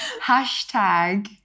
Hashtag